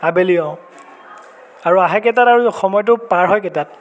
আবেলি অঁ আৰু আহে কেইটাত আৰু সময়টো পাৰ হয় কেইটাত